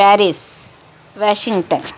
Paris Washington